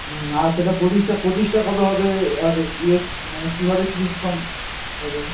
হুম আর সেটা প্রতিষ্ঠা প্রতিষ্ঠা কবে হবে আর ইয়ে মানে কীভাবে কী সব হবে